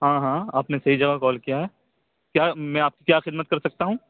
ہاں ہاں آپ نے صحیح جگہ کال کیا ہے کیا میں آپ کی کیا خدمت کر سکتا ہوں